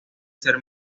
ser